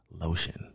lotion